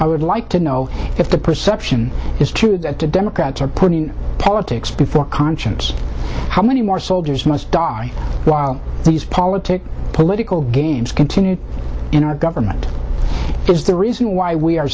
i would like to know if the perception is true that the democrats are putting politics before conscience how many more soldiers must die while these politics political games continue in our government is the reason why we are